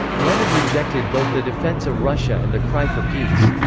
lenin rejected both the defence of russia and the cry for peace.